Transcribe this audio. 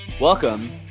Welcome